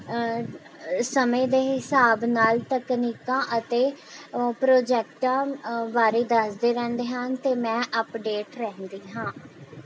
ਸਮੇਂ ਦੇ ਹਿਸਾਬ ਨਾਲ ਤਕਨੀਕਾਂ ਅਤੇ ਪ੍ਰੋਜੈਕਟਾਂ ਬਾਰੇ ਦੱਸਦੇ ਰਹਿੰਦੇ ਹਨ ਅਤੇ ਮੈਂ ਅੱਪਡੇਟ ਰਹਿੰਦੀ ਹਾਂ